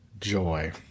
joy